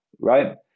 right